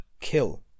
kill